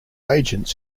agents